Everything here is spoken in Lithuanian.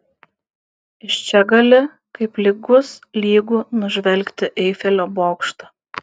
iš čia gali kaip lygus lygų nužvelgti eifelio bokštą